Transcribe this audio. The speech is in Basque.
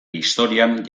historian